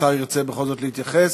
השר ירצה בכל זאת להתייחס?